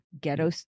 Ghetto